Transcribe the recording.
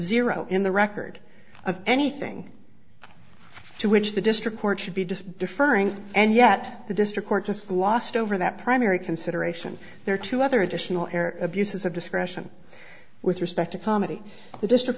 zero in the record of anything to which the district court should be just deferring and yet the district court just glossed over that primary consideration there are two other additional air abuses of discretion with respect to comedy the district